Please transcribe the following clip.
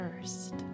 first